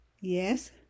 Yes